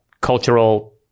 cultural